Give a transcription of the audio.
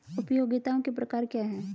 उपयोगिताओं के प्रकार क्या हैं?